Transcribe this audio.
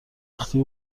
وقتی